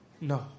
No